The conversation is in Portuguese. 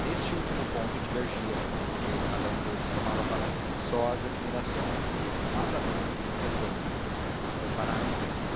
neste último ponto divergiam porque cada um deles tomava para si só as admirações mas a mãe interveio foi para ambos